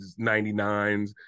99s